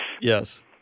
Yes